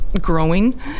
growing